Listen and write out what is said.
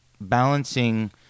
Balancing